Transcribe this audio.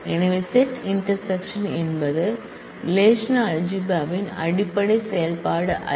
எனவே set intersection என்பது relational algebra ன் அடிப்படை செயல்பாடு அல்ல